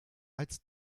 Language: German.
als